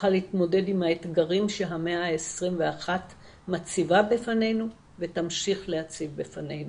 שתוכל להתמודד עם האתגרים שהמאה ה-21 מציבה בפנינו ותמשיך להציב בפנינו,